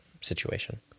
situation